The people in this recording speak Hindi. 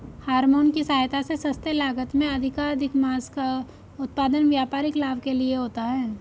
हॉरमोन की सहायता से सस्ते लागत में अधिकाधिक माँस का उत्पादन व्यापारिक लाभ के लिए होता है